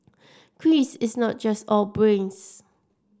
Chris is not just all brains